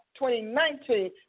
2019